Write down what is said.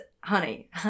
honey